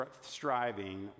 striving